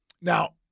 now